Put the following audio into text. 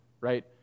right